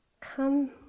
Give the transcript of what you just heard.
Come